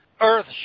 earth